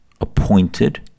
appointed